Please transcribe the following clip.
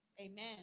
Amen